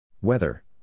Weather